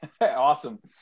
Awesome